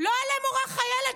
לא למורה חיילת,